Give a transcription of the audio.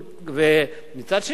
ומצד שני לומר,